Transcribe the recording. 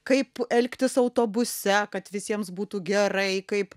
kaip elgtis autobuse kad visiems būtų gerai kaip